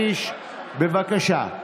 הודעה אישית לחבר הכנסת קיש, בבקשה.